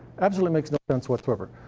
absolutely makes no sense whatsoever.